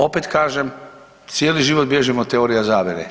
Opet kažem, cijeli život bježimo od teorija zavjere.